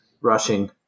rushing